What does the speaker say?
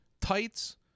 tights